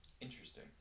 Interesting